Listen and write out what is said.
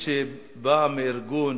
שבא מארגון